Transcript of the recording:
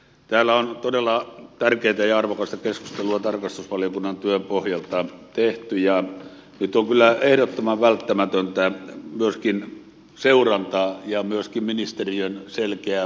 täällä on todella tärkeätä ja arvokasta keskustelua tarkastusvaliokunnan työn pohjalta tehty ja nyt on kyllä ehdottoman välttämätöntä varmistaa myöskin seuranta ja myöskin ministeriön selkeä poliittinen ohjaus